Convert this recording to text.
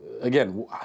again